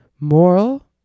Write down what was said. Moral